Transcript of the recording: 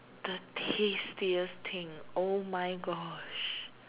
the tastiest thing !oh-my-gosh!